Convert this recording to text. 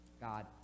God